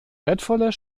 wertvoller